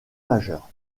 majeur